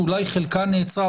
שאולי חלקה נעצרה,